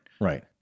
Right